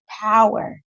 power